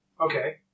Okay